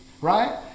Right